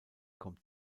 kommt